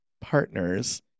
partners